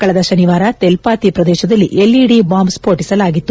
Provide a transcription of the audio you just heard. ಕಳೆದ ಶನಿವಾರ ತೆಲ್ವಾತಿ ಪ್ರದೇಶದಲ್ಲಿ ಎಲ್ಇದಿ ಬಾಂಬ್ ಸ್ಪೋಟಿಸಲಾಗಿತ್ತು